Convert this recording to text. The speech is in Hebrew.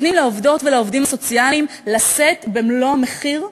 נותנים לעובדות ולעובדים הסוציאליים לשאת במלוא המחיר,